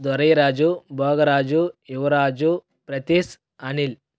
Dorairaju Bhogaraju Yuvaraju ప్రతిస్ అనిల్